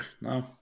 No